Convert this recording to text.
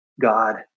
God